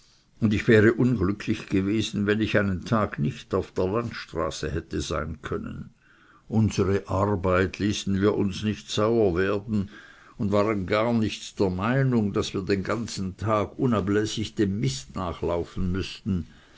und ich wäre unglücklich gewesen wenn ich einen tag nicht auf der landstraße hätte sein können unsere arbeit ließen wir uns nicht sauer werden und waren gar nicht der meinung daß wir den ganzen tag unabläßig dem mist nachlaufen müßten